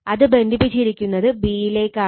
അത് ബന്ധിപ്പിച്ചിരിക്കുന്നത് b യിലേക്കാണ്